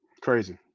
Crazy